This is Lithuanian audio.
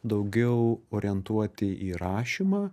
daugiau orientuoti į rašymą